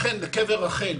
לכן קבר רחל,